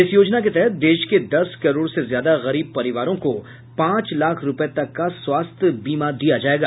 इस योजना के तहत देश के दस करोड़ से ज्यादा गरीब परिवारों को पांच लाख रूपये तक का स्वास्थ्य बीमा दिया जायेगा